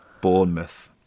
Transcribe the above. Bournemouth